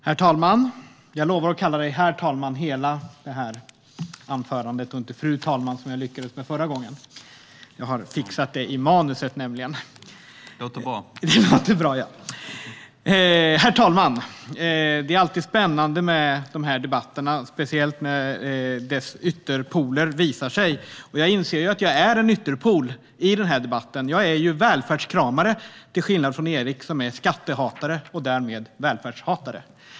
Herr talman! Det är alltid spännande med dessa debatter, speciellt när deras ytterpoler visar sig. Jag inser att jag är en ytterpol i denna debatt. Jag är välfärdskramare, till skillnad från Erik, som är skattehatare och därmed välfärdshatare.